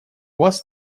вас